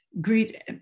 greet